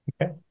Okay